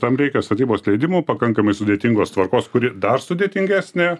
tam reikia statybos leidimo pakankamai sudėtingos tvarkos kuri dar sudėtingesnė